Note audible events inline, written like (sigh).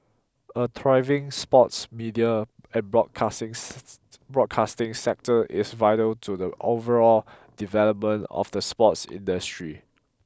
a thriving sports media and (unintelligible) broadcasting sector is vital to the overall development of the sports industry